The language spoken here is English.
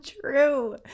true